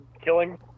killing